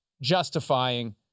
justifying